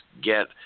get